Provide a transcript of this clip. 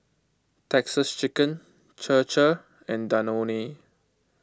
Texas Chicken Chir Chir and Danone